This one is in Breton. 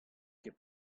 ket